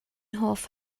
hoff